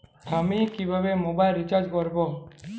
আমি কিভাবে mobile recharge করব?